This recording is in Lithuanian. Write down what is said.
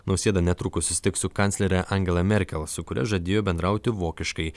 nausėda netrukus susitiks su kanclere angela merkel su kuria žadėjo bendrauti vokiškai